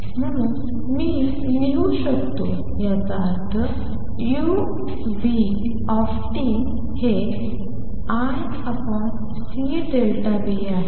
आणि म्हणून मी लिहू शकतो याचा अर्थ uT हे Ic आहे